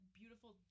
beautiful